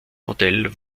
modell